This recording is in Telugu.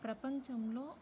ప్రపంచంలో